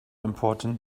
important